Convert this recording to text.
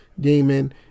gaming